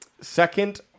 second